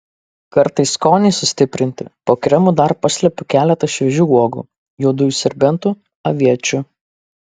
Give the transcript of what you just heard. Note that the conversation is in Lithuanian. kartais skoniui sustiprinti po kremu dar paslepiu keletą šviežių uogų juodųjų serbentų aviečių